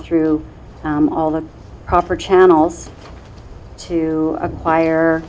through all the proper channels to acquire